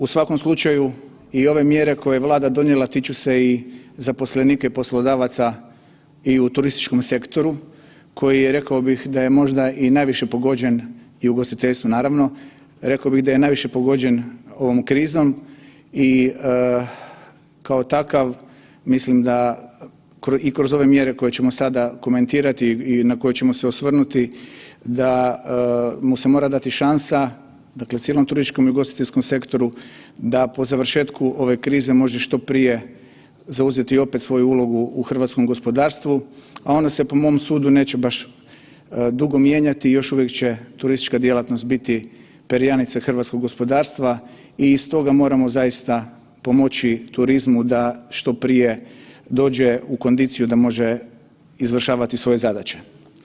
U svakom slučaju i ove mjere koje je Vlada donijela tiču se i zaposlenika i poslodavaca i u turističkom sektoru koje rekao bih da je možda i najviše pogođen i ugostiteljstvu naravno, rekao bih da je najviše pogođen ovom krizom i kao takav mislim da i kroz ove mjere koje ćemo sada komentirati i na koje ćemo se osvrnuti da mu se mora dati šansa, dakle cijelom turističkom i ugostiteljskom sektoru da po završetku ove krize može što prije zauzeti opet svoju ulogu u hrvatskom gospodarstvu, a ono se po mom sudu neće baš dugo mijenjati, još uvijek će turistička djelatnost biti perjanica hrvatskog gospodarstva i stoga moramo zaista pomoći turizmu da što prije dođe u kondiciju da može izvršavati svoje zadaće.